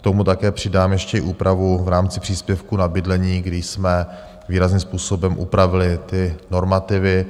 K tomu také přidám ještě i úpravu v rámci příspěvku na bydlení, kdy jsme výrazným způsobem upravili ty normativy.